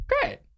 great